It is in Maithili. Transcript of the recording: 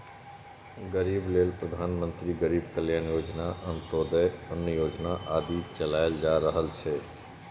गरीबक लेल प्रधानमंत्री गरीब कल्याण योजना, अंत्योदय अन्न योजना आदि चलाएल जा रहल छै